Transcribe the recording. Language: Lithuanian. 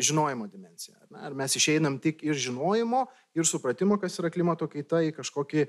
žinojimo dimensija ar mes išeinam tik iš žinojimo ir supratimo kas yra klimato kaita į kažkokį